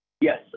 Yes